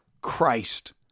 Christ